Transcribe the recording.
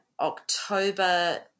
October